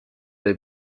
der